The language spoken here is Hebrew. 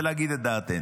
ולהגיד את דעתנו.